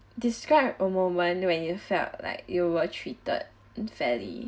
describe a moment when you felt like you were treated unfairly